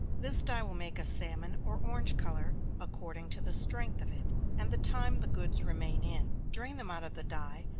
this dye will make a salmon or orange color, according to the strength of it, and the time the goods remain in. drain them out of the dye,